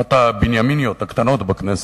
אחת ה"בנימיניות", הקטנות בכנסת,